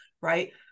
right